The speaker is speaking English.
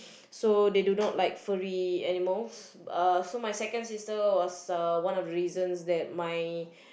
so they do not like furry animals uh so my second sister was uh one of the reasons that my